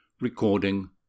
Recording